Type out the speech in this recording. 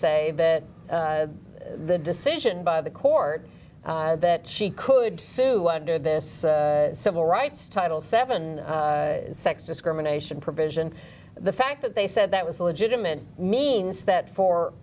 say that the decision by the court that she could sue wanted this d d civil rights title seven sex discrimination provision the fact that they said that was illegitimate means that for